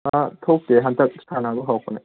ꯊꯣꯛꯇꯦ ꯍꯟꯗꯛ ꯁꯥꯟꯅꯕ ꯍꯧꯔꯛꯄꯅꯦ